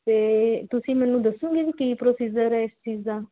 ਅਤੇ ਤੁਸੀਂ ਮੈਨੂੰ ਦੱਸੋਗੇ ਕਿ ਕੀ ਪ੍ਰੋਸੀਜਰ ਇਸ ਚੀਜ਼ ਦਾ